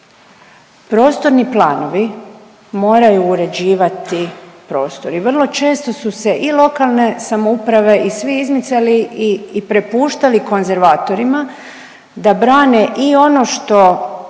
Prostorni planovi moraju uređivati prostor i vrlo često su se i lokalne samouprave i svi izmicali i prepuštali konzervatorima da brane i ono što